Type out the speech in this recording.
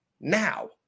Now